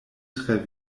tre